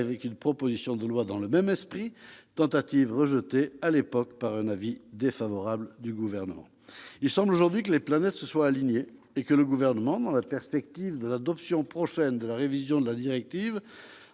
avec une proposition de loi dans le même esprit, qui fut rejetée après avis défavorable, à l'époque, du Gouvernement. Il semble aujourd'hui que les planètes se soient alignées et que le Gouvernement, dans la perspective de l'adoption prochaine de la révision de la directive